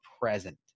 present